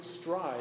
strive